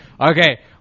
Okay